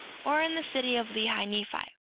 or in the city of lehi-nephi